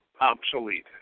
obsolete